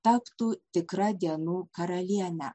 taptų tikra dienų karaliene